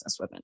businesswomen